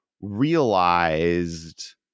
realized